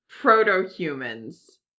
proto-humans